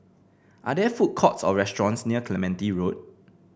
are there food courts or restaurants near Clementi Road